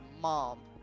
mom